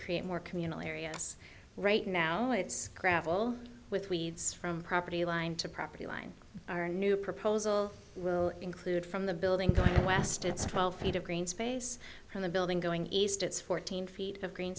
create more communal areas right now gravel with weeds from property line to property line our new proposal will include from the building going west it's twelve feet of green space from the building going east it's fourteen feet of green